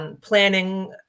planning